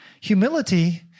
Humility